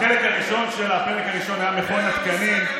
החלק הראשון שלה, הפרק הראשון, היה מכון התקנים.